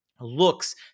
looks